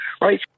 right